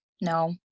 No